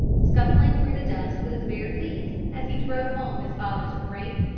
scuffling through the dust with his bare feet, as he drove home his father's great,